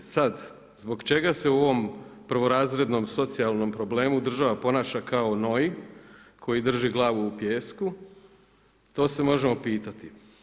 Sada, zbog čega se u ovom prvorazrednom socijalnom problemu država ponaša kao noj koji drži glavu u pijesku, to se možemo pitati.